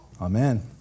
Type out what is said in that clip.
Amen